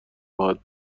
راحت